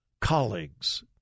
colleagues